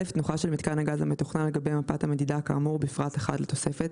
תנוחה של מיתקן הגז המתוכנן על גבי מפת המדידה כאמור בפרט 1 לתוספת,